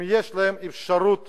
אם יש להם אפשרות